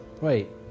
wait